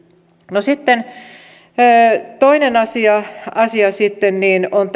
no toinen asia asia on